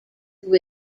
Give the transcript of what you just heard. who